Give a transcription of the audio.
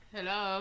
Hello